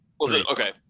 Okay